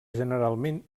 generalment